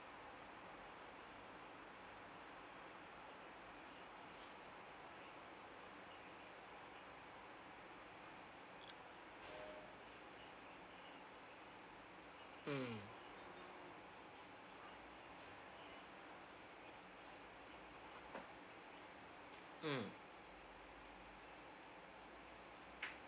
mm mm